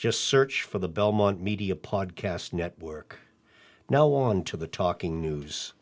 just search for the belmont media podcast network now on to the talking news